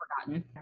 forgotten